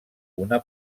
una